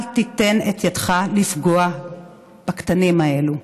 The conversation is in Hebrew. אל תיתן את ידך לפגוע בקטנים האלו.